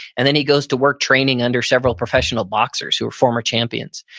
and then he goes to work training under several professional boxers who are former champions.